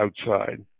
outside